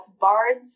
bards